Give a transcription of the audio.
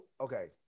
okay